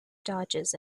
dodges